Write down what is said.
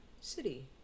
city